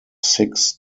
six